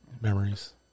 Memories